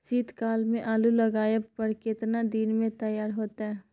शीत काल में आलू लगाबय पर केतना दीन में तैयार होतै?